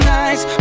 nice